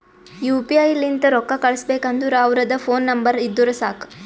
you P I ಲಿಂತ್ ರೊಕ್ಕಾ ಕಳುಸ್ಬೇಕ್ ಅಂದುರ್ ಅವ್ರದ್ ಫೋನ್ ನಂಬರ್ ಇದ್ದುರ್ ಸಾಕ್